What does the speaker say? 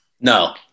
No